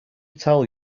tell